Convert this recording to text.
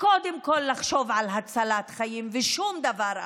וקודם כול לחשוב על הצלת חיים, ושום דבר אחר.